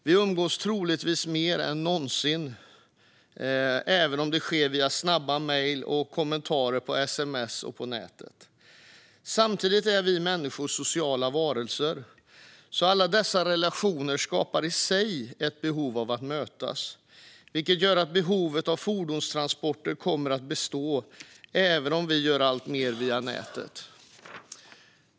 Vi umgås troligtvis mer än någonsin, även om det sker via snabba mejl och kommentarer i sms och på nätet. Samtidigt är vi människor sociala varelser. Alla dessa relationer skapar ett behov av att mötas, vilket gör att behovet av fordonstransporter kommer att bestå även om vi gör alltmer via nätet.